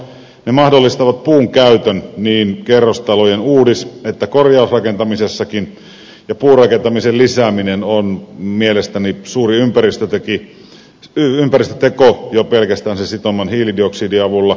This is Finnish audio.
ne mahdollistavat puun käytön niin kerrostalojen uudis kuin korjausrakentamisessakin ja puurakentamisen lisääminen on mielestäni suuri ympäristöteko jo pelkästään sen sitoman hiilidioksidin avulla